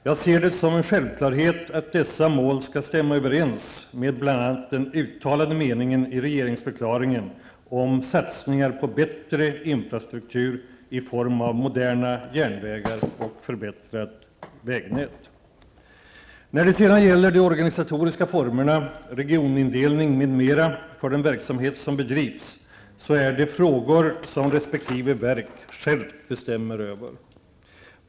Jag ser det som en självklarhet att dessa mål skall stämma överens med bl.a. den uttalade meningen i regeringsförklaringen om satsningar på bättre infrastruktur i form av moderna järnvägar och förbättrat vägnät. När det sedan gäller de organisatoriska formerna, regionindelning m.m., för den verksamhet som bedrivs så är det frågor som resp. verk självt bestämmer över.